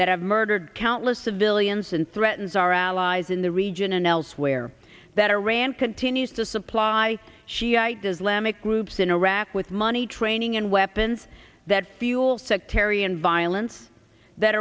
that have murdered countless civilians and threatens our allies in the region and elsewhere that iran continues to supply shiite islamic groups in iraq with money training and weapons that fuel